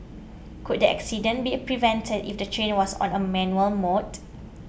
could the accident be prevented if the train was on a manual mode